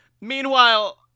Meanwhile